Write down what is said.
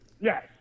Yes